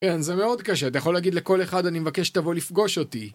אין, זה מאוד קשה, אתה יכול להגיד לכל אחד אני מבקש שתבוא לפגוש אותי